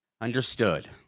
Understood